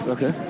Okay